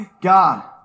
God